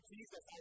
Jesus